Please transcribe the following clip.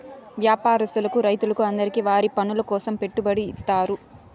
వ్యాపారస్తులకు రైతులకు అందరికీ వారి పనుల కోసం పెట్టుబడి ఇత్తారు